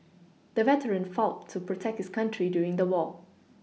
the veteran fought to protect his country during the war